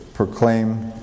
Proclaim